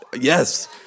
Yes